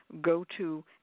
go-to